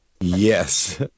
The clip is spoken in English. yes